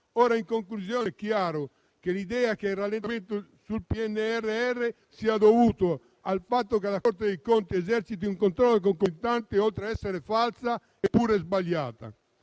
vista. In sintesi, l'idea che il rallentamento sul PNRR sia dovuto al fatto che la Corte dei conti esercita un controllo concomitante, oltre a essere falsa, è pure sbagliata.